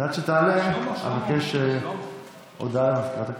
ועד שתעלה, יש הודעה למזכירת הכנסת.